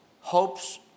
hopes